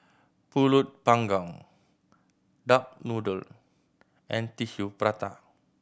Pulut Panggang duck noodle and Tissue Prata